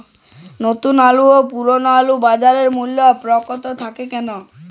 নতুন আলু ও পুরনো আলুর বাজার মূল্যে পার্থক্য থাকে কেন?